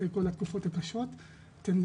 אחרי כל התקופה הקשה שעברנו.